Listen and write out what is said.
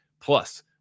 Plus